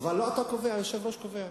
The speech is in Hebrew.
אבל לא אתה קובע, היושב-ראש קובע.